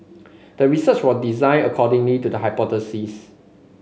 the research was designed accordingly to the hypothesis